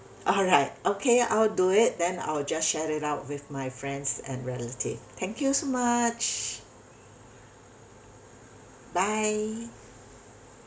alright okay I'll do it then I'll just share it out with my friends and relative thank you so much bye